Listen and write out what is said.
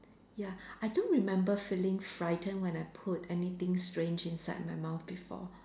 ya I don't remember feeling frightened when I put anything strange inside my mouth before